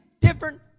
different